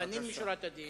לפנים משורת הדין,